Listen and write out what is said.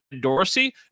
Dorsey